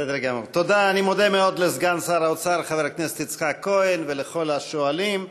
אני מודה מאוד לסגן שר האוצר חבר הכנסת יצחק כהן ולכל השואלים.